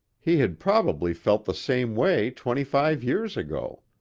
he had probably felt the same way twenty-five years ago.